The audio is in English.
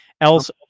else